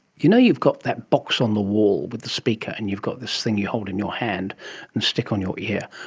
you know you've got that box on the wall with the speaker and you've got this thing you hold in your hand and stick on your ear,